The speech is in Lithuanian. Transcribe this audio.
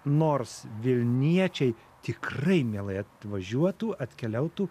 nors vilniečiai tikrai mielai atvažiuotų atkeliautų